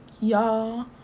Y'all